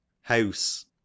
House